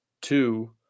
two